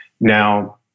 Now